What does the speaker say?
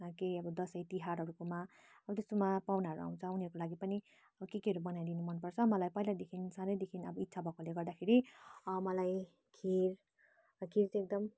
केही अब दसैँ तिहारहरूकोमा अन्त्त त्यस्तोमा पाहुनाहरू आउँछ उनीहरूको लागि पनि के केहरू बनाइदिनु मनपर्छ मलाई पहिल्यैदेखि सानैदेखि अब इच्छा भएकोले गर्दाखेरि मलाई खिर खिर चाहिँ एकदम